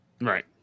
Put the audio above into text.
right